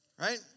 right